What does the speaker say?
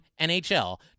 NHL